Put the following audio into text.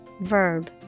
verb